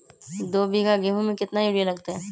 दो बीघा गेंहू में केतना यूरिया लगतै?